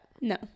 No